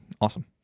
awesome